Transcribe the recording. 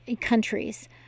countries